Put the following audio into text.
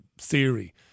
theory